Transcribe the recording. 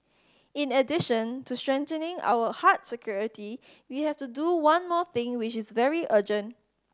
in addition to strengthening our hard security we have to do one more thing which is very urgent